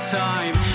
time